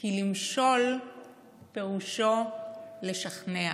כי למשול פירושו לשכנע".